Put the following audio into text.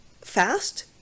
fast